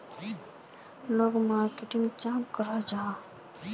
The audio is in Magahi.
लोग मार्केटिंग चाँ करो जाहा?